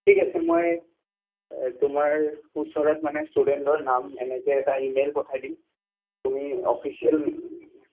ঠিক আছে মই তোমাৰ ওচৰত মানে ষ্টুডেণ্টৰ নাম এনেকৈ এটা ই মেইল পঠাই দিম তুমি অফিচিয়েল